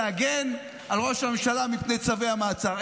להגן על ראש הממשלה מפני צווי המעצר.